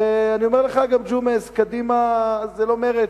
אני אומר לך גם, ג'ומס, קדימה זה לא מרצ.